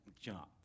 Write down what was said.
jump